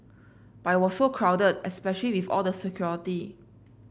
but it was so crowded especially with all the security